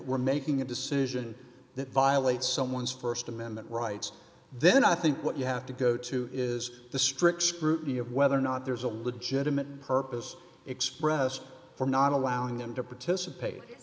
we're making a decision that violate someone's st amendment rights then i think what you have to go to is the strict scrutiny of whether or not there's a legitimate purpose expressed for not allowing them to participate